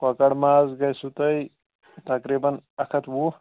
کۄکَر ماز گژھِوٕ تۄہہِ تقریٖباً اَکھ ہَتھ وُہ